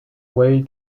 way